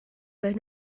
bod